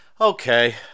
Okay